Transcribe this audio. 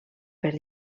per